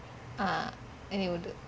ah